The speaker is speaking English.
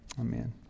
Amen